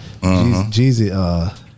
Jeezy